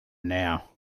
now